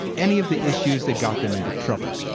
any of the issues that got them into trouble.